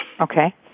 Okay